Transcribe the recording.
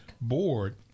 board